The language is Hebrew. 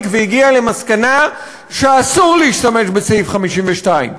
והגיעה למסקנה שאסור להשתמש בסעיף 52,